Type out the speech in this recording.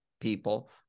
people